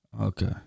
Okay